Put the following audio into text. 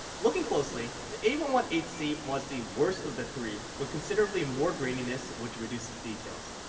looking closely the a one one eight c was the worst of the three with considerably more graininess which reduces details.